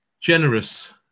generous